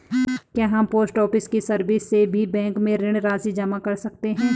क्या हम post office की सर्विस से भी बैंक में ऋण राशि जमा कर सकते हैं?